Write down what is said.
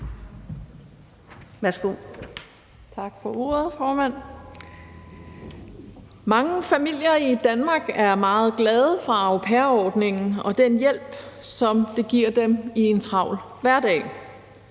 (KF): Tak for ordet, formand. Mange familier i Danmark er meget glade for au pair-ordningen og den hjælp, som den giver dem i en travl hverdag.